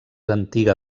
antiga